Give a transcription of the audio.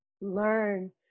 learn